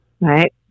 Right